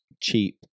cheap